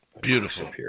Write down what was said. Beautiful